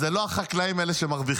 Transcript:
אז לא החקלאים הם אלה שמרוויחים.